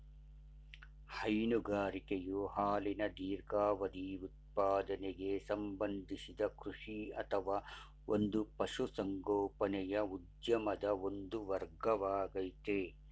ಹೈನುಗಾರಿಕೆಯು ಹಾಲಿನ ದೀರ್ಘಾವಧಿ ಉತ್ಪಾದನೆಗೆ ಸಂಬಂಧಿಸಿದ ಕೃಷಿ ಅಥವಾ ಒಂದು ಪಶುಸಂಗೋಪನೆಯ ಉದ್ಯಮದ ಒಂದು ವರ್ಗವಾಗಯ್ತೆ